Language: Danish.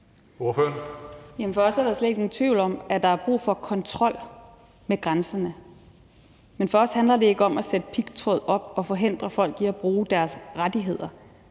For os er der slet ikke nogen tvivl om, at der er brug for kontrol med grænserne. Men for os handler det ikke om at sætte pigtråd op og forhindre folk i at bruge deres rettigheder.